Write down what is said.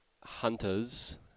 hunters